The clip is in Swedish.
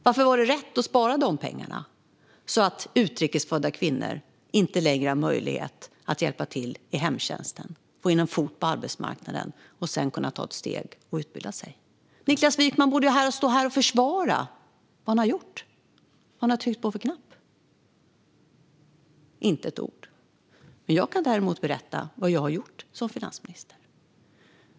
Varför var det rätt att spara dessa pengar, så att utrikes födda kvinnor inte längre har möjlighet att hjälpa till i hemtjänsten och få in en fot på arbetsmarknaden för att sedan kunna ta ytterligare ett steg och utbilda sig? Niklas Wykman borde stå här och försvara vad han har gjort och vilken knapp han har tryckt på. Men han säger inte ett ord. Jag kan däremot berätta vad jag har gjort som finansminister.